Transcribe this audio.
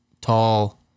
tall